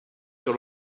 sur